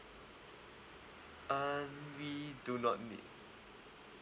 um we do not need